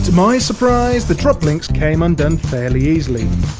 my surprise the drop links came undone fairly easily.